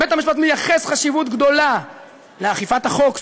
בית-המשפט מייחס חשיבות גדולה לאכיפת החוק,